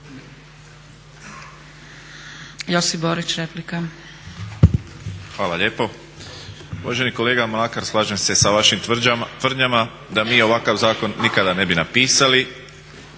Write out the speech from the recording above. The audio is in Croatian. Josip (HDZ)** Hvala lijepo. Uvaženi kolega Mlakar, slažem se sa vašim tvrdnjama da mi ovakav zakon nikada ne bi napisali